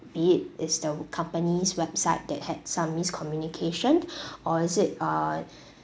be it is the company's website that had some miscommunication or is it uh